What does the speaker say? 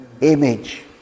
image